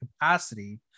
capacity